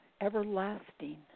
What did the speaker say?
everlasting